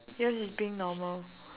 yours is being normal